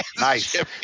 Nice